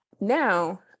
now